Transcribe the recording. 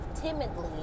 timidly